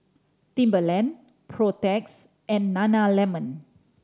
Timberland Protex and Nana Lemon